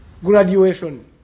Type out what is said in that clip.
Graduation